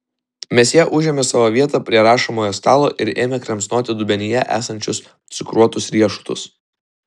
mesjė užėmė savo vietą prie rašomojo stalo ir ėmė kramsnoti dubenyje esančius cukruotus riešutus